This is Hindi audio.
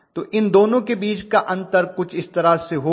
तो इन दोनों के बीच का अंतर कुछ इस तरह होगा